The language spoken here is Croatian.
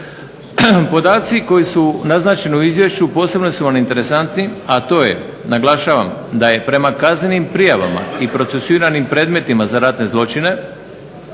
Podaci koji su naznačeni u izvješću posebno su vam interesantni, a to je naglašavam da je prema kaznenim prijavama i procesuiranim predmetima za ratne zločine